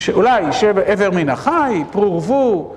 שאולי שבאבר מן החי, פרו ורבו